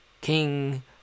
King